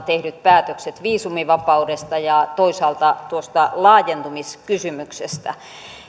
tehdyt päätökset viisumivapaudesta ja toisaalta tuosta laajentumiskysymyksestä